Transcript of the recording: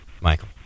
Michael